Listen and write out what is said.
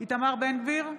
איתמר בן גביר,